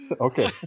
Okay